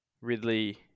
Ridley